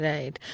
Right